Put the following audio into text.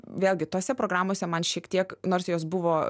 vėlgi tose programose man šiek tiek nors jos buvo